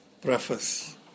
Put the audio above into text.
preface